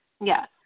Yes